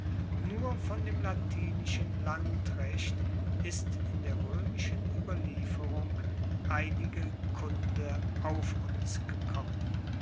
nur von dem latinischen landrecht ist in der roemischen ueberlieferung einige kunde auf uns gekommen